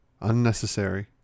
Unnecessary